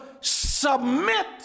submit